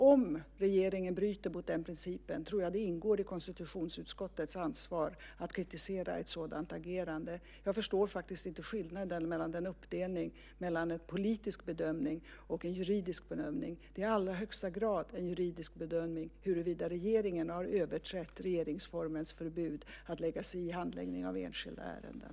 Om regeringen bryter mot den principen tror jag det ingår i konstitutionsutskottets ansvar att kritisera ett sådant agerande. Jag förstår faktiskt inte uppdelningen mellan en politisk bedömning och en juridisk bedömning. Det är i allra högsta grad en juridisk bedömning huruvida regeringen har överträtt regeringsformens förbud att lägga sig i handläggningen av enskilda ärenden.